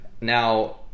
now